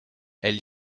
elle